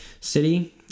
city